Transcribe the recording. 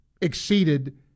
exceeded